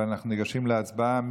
ואנחנו ניגשים להצבעה.